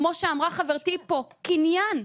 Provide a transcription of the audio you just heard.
כמו שאמרה חברתי פה, קניין.